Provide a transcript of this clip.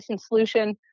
solution